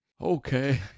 Okay